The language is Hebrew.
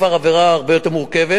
זאת כבר עבירה הרבה יותר מורכבת,